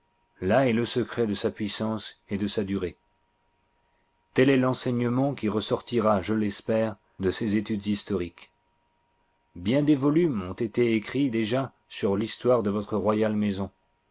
la est le secret de sa puissance et de sa durée tel est renseignement qui ressortira je l'espère de ces etudes historiques bien des volumes ont été écrits déjà sur l'histoire de votre royale maison